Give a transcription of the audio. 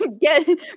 get